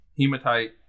hematite